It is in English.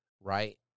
right